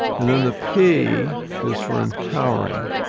and then the p is for empowering.